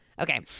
Okay